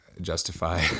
justify